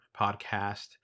podcast